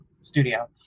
studio